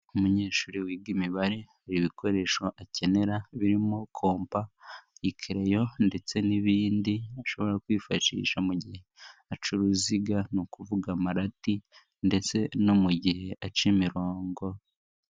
Umunyeshuri wiga imibare ibikoresho akenera birimo: kompa, ikereyo ndetse n'ibindi ashobora kwifashisha mu gihe aca uruziga. Ni ukuvuga amarati ndetse no mu gihe aca imirongo.